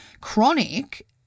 chronic